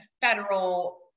federal